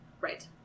Right